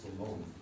alone